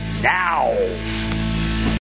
now